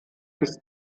bis